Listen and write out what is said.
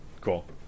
Cool